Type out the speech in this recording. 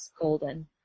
Golden